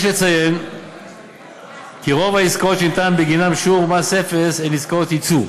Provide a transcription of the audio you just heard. יש לציין כי רוב העסקאות שניתן בגינן שיעור מס אפס הן עסקאות יצוא,